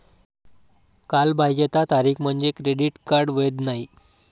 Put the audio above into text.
कालबाह्यता तारीख म्हणजे क्रेडिट कार्ड वैध नाही